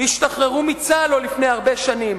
השתחררו מצה"ל לא לפני הרבה שנים,